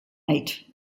eight